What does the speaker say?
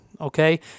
Okay